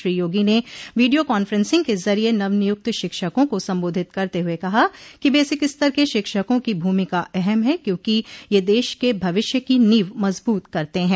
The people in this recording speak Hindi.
श्री योगी ने वीडियो कांफ्रेंसिंग के जरिये नवनियुक्त शिक्षकों को संबोधित करते हुए कहा कि बेसिक स्तर के शिक्षकों की भूमिका अहम है क्योंकि यह देश के भविष्य की नींव मज़बूत करते हैं